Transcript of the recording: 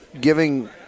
giving